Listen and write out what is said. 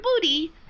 booty